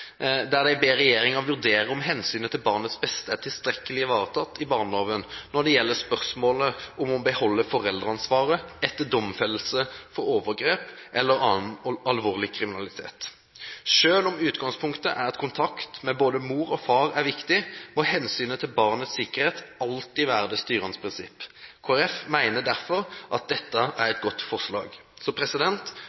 der de ber regjeringen vurdere om hensynet til barnets beste er tilstrekkelig ivaretatt i barneloven når det gjelder spørsmålet om å beholde foreldreansvaret etter domfellelse for overgrep eller annen alvorlig kriminalitet. Selv om utgangspunktet er at kontakt med både mor og far er viktig, må hensynet til barnets sikkerhet alltid være det styrende prinsipp. Kristelig Folkeparti mener derfor at dette er